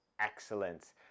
excellence